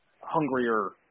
hungrier